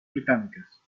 britàniques